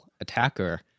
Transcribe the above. attacker